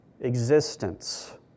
existence